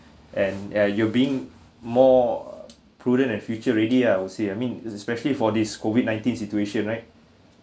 and eh you being more prudent and future ready ah I would say I mean is especially for this COVID nineteen situation right